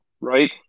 right